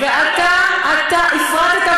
אתה הפרטת,